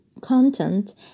content